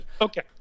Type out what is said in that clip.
Okay